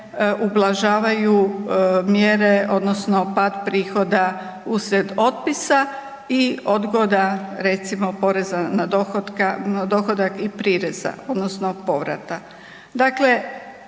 ublažavaju mjere odnosno pad prihoda uslijed otpisa i odgoda recimo poreza na dohodak i prireza odnosno povrat.